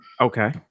Okay